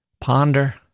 ponder